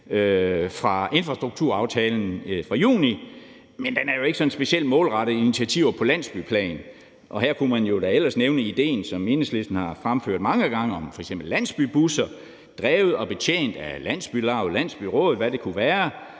fra infrastrukturaftalen fra juni, men den er jo ikke specielt målrettet initiativer på landsbyplan. Her kunne man da ellers nævne idéen, som Enhedslisten har fremført mange gange, om f.eks. landsbybusser, drevet og betjent af et landsbylav eller landsbyråd, eller hvad det kunne være.